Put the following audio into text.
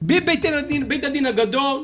בבית הדין הגדול,